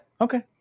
Okay